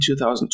2020